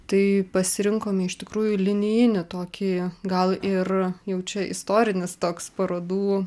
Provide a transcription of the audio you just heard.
tai pasirinkome iš tikrųjų linijinį tokį gal ir jau čia istorinis toks parodų